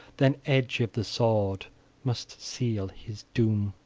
then edge of the sword must seal his doom.